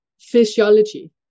physiology